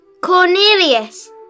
cornelius